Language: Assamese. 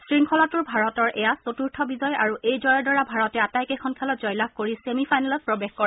শৃংখলাটোৰ ভাৰতৰ এয়া চতুৰ্থ বিজয় আৰু এই জয়ৰ দ্বাৰা ভাৰতে আটাইকেইখন খেলত জয়লাভ কৰি ছেমি ফাইনেলত প্ৰৱেশ কৰে